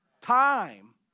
Time